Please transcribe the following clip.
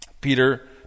Peter